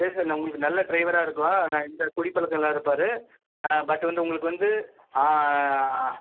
சரி சார் நான் உங்களுக்கு நல்ல டிரைவராக இருக்கோம் எந்த குடிப்பழக்கம் இல்லாது இருப்பார் பட் வந்து உங்களுக்கு வந்து